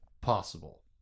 possible